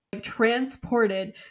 transported